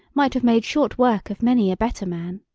might have made short work of many a better man!